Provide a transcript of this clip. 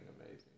amazing